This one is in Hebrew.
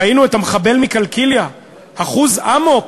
ראינו את המחבל מקלקיליה אחוז אמוק.